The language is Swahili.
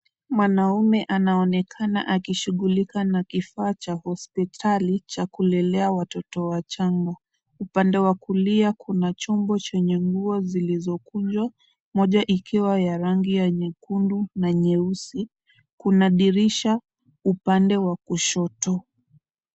Mwanaume anaonekana akishughulika na kifaa cha hosipitali cha kulelea watoto wachanga. Upande wa kulia kuna chombo chenye nguo zilizokunjwa , moja ikiwa ya rangi yekundu na nyeusi. Kuna dirisha upande wa kushoto.